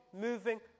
moving